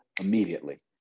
immediately